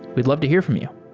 we'd love to hear from you.